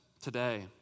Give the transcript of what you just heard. today